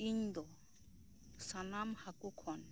ᱤᱧ ᱫᱚ ᱥᱟᱱᱟᱢ ᱦᱟᱠᱩ ᱠᱷᱚᱱ